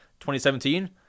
2017